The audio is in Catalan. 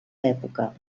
època